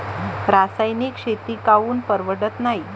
रासायनिक शेती काऊन परवडत नाई?